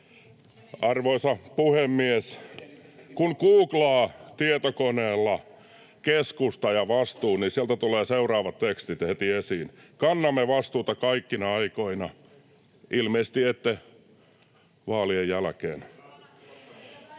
Arvoisa puhemies! Kun googlaa tietokoneella ”keskusta” ja ”vastuu”, niin sieltä tulee seuraavat tekstit heti esiin: ”Kannamme vastuuta kaikkina aikoina.” Ilmeisesti ette vaalien jälkeen.